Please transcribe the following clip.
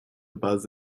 buzz